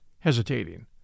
Hesitating